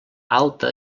alta